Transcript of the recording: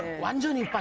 one, two,